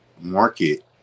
market